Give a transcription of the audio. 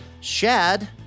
Shad